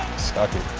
stucky